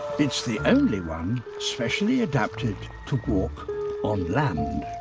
it's the only one specially adapted to walk on land.